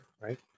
right